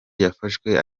yafashwe